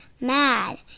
mad